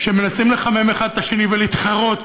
שמנסים לחמם האחד את השני ולהתחרות